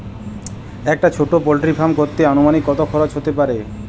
একটা ছোটো poultry farm করতে আনুমানিক কত খরচ কত হতে পারে?